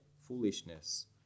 foolishness